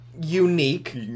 unique